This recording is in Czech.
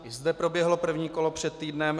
I zde proběhlo první kolo před týdnem.